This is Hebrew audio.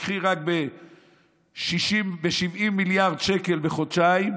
תיקחי 4% רק ב-70 מיליארד שקל בחודשיים,